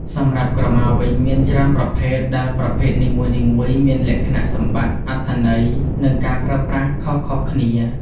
សម្រាប់ក្រមាវិញ មានច្រើនប្រភេទដែលប្រភេទនីមួយៗមានលក្ខណៈសម្បត្តិ អត្ថន័យ និងការប្រើប្រាស់ខុសៗគ្នា។